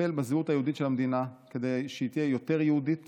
לטפל בזהות היהודית של המדינה כדי שהיא תהיה יותר יהודית